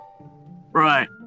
Right